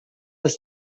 ist